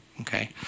okay